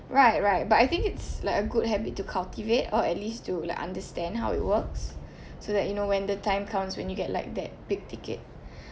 right right but I think it's like a good habit to cultivate or at least to like understand how it works so that you know when the time comes when you get like that big ticket